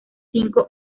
cinco